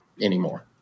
anymore